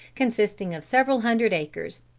consisting of several hundred acres.